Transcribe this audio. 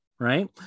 right